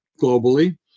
globally